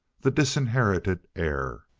the disinherited heir.